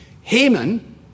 Haman